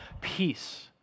peace